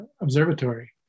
observatory